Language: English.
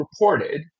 reported